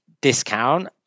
discount